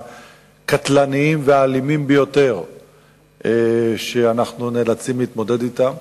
הקטלניים והאלימים ביותר שאנחנו נאלצים להתמודד אתם.